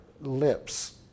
lips